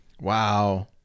wow